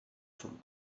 vom